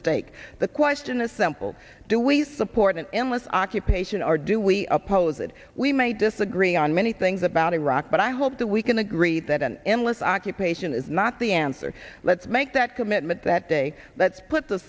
stake the question is simple do we support an endless occupation or do we oppose it we may disagree on many things about iraq but i hope that we can agree that an endless occupation is not the answer let's make that commitment that day that's put the